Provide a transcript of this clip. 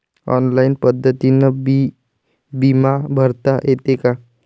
Online पद्धतीनं बी बिमा भरता येते का?